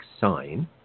sign